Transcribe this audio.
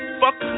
fuck